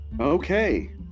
Okay